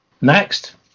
next